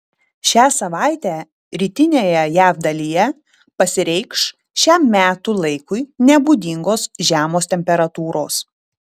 šią savaitę rytinėje jav dalyje pasireikš šiam metų laikui nebūdingos žemos temperatūros